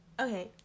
Okay